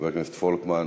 וחברי הכנסת פולקמן,